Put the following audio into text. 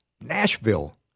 Nashville